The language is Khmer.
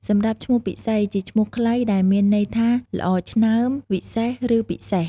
សម្រាប់ឈ្មោះពិសី ជាឈ្មោះខ្លី ដែលមានន័យថា ល្អឆ្នើម វិសេស ឬ ពិសេស។